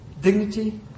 dignity